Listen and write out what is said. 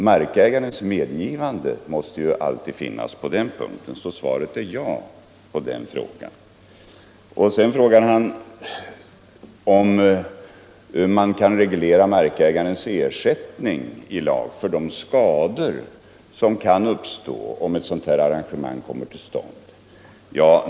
Markägarens medgivande måste alltid inhämtas, så svaret är ja på den frågan. Vidare frågade han om man i lagen kan reglera ersättningen för de markskador som kan uppstå, om ett sådant arrangemang kommer till stånd.